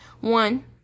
One